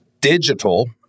Digital